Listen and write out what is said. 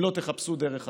אם לא תחפשו דרך חדשה.